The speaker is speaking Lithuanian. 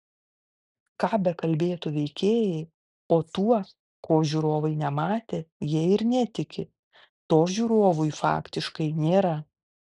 ką bekalbėtų veikėjai o tuo ko žiūrovai nematė jie ir netiki to žiūrovui faktiškai nėra